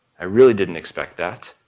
i really didn't expect that.